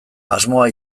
asmoa